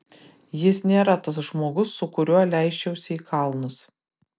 jis nėra tas žmogus su kuriuo leisčiausi į kalnus